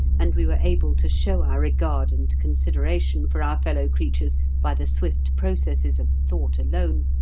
and we were able to show our regard and consideration for our fellow creatures by the swift processes of thought alone,